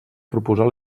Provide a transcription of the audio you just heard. proposar